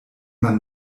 man